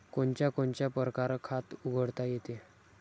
कोनच्या कोनच्या परकारं खात उघडता येते?